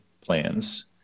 plans